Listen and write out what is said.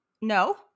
no